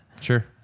sure